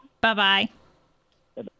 Bye-bye